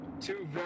Two